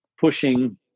pushing